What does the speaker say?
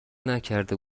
نکرده